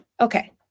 okay